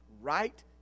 Right